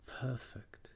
perfect